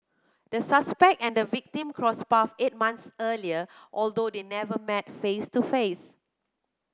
the suspect and victim crossed paths eight months earlier although they never met face to face